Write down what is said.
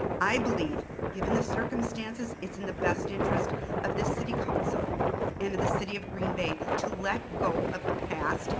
i believe, given the circumstances, it's in the best interest of this city council and of the city of green bay to let go of the past,